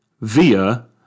via